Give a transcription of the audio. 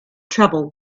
trouble